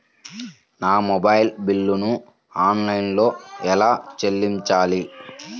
నా మొబైల్ బిల్లును ఆన్లైన్లో ఎలా చెల్లించాలి?